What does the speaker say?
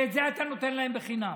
ואת זה אתה נותן להם בחינם.